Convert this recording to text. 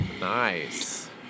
nice